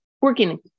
working